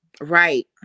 Right